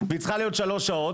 והיא צריכה להיות שלוש שעות.